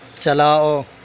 چلاؤ